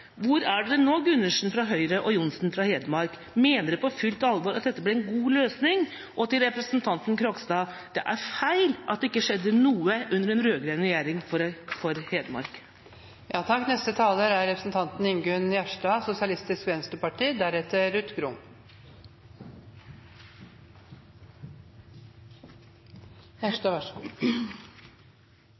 Hvor er nå Gundersen fra Høyre og Johnsen fra Fremskrittspartiet i Hedmark? Mener de på fullt alvor at dette blir en god løsning? Og til representanten Krogstad: Det er feil at det ikke skjedde noe for Hedmark under den rød-grønne regjeringa. Jorda kallar, får eg lyst til å seia. Eg trur vi er